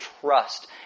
trust